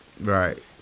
Right